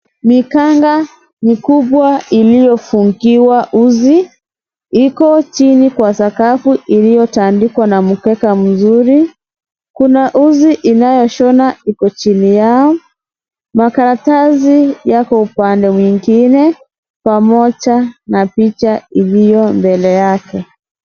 Mikanda mikubwa iliyofunikiwa uzi iko chini kwa sakafu iliyotandikwa na mkeka mzuri kuna uzi inayoshona iko chini yao makaratasi yako upande mwingine pamoja na picha iliyo mbele yake.